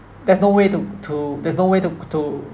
there's no way to to there's no way to to